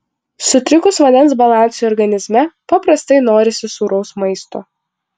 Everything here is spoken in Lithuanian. sutrikus vandens balansui organizme paprastai norisi sūraus maisto